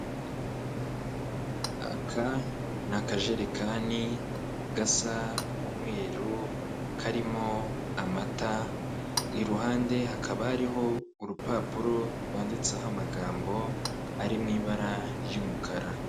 Aka ni akajerekani gasa umweru, karimo amata, iruhande hakaba hariho urupapuro rwanditseho amagambo ari mu ibara ry'umukara.